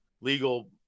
legal